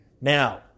Now